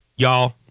Y'all